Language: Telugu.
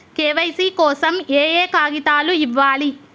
కే.వై.సీ కోసం ఏయే కాగితాలు ఇవ్వాలి?